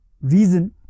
reason